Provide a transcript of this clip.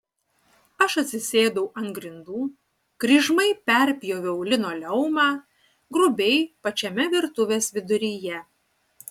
aš atsisėdau ant grindų kryžmai perpjoviau linoleumą grubiai pačiame virtuvės viduryje